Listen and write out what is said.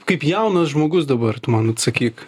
kaip jaunas žmogus dabar tu man atsakyk